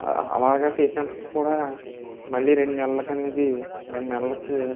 అలాగా చేసినప్పటికీ కూడా మళ్ళీ రెండు నెలలకి అనేది రెండు నెలలకి